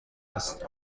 هستم